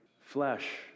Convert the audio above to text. flesh